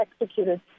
executed